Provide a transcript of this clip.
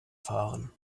fahren